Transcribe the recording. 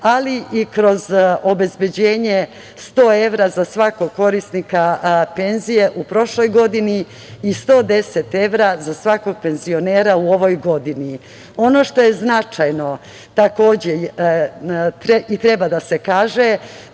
ali i kroz obezbeđenje 100 evra za svakog korisnika penzije u prošloj godini i 110 evra za svakog penzionera u ovoj godini. Ono što je značajno takođe i treba da se kaže,